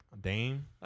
Dane